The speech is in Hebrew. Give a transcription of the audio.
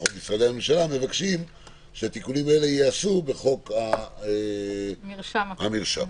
משרדי הממשלה מבקשים שהתיקונים האלה ייעשו בחוק המרשם הפלילי.